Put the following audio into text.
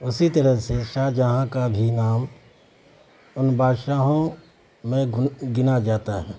اسی طرح سے شاہجہاں کا بھی نام ان بادشاہوں میں گنا جاتا ہے